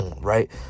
right